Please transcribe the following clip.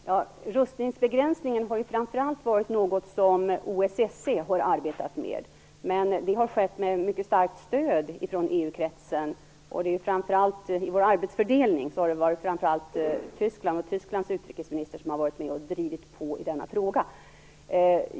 Herr talman! Rustningsbegränsningen har ju framför allt varit något som OSSE har arbetat med, men det har skett med mycket starkt stöd från EU-kretsen, och i vår arbetsfördelning har det varit framför allt Tyskland och Tysklands utrikesminister som har varit med och drivit på i denna fråga.